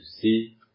see